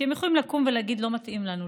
כי הם יכולים לקום ולהגיד: לא מתאים לנו,